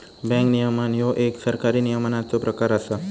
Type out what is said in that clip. bank नियमन ह्यो एक सरकारी नियमनाचो प्रकार असा